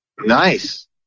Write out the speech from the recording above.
Nice